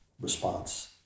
response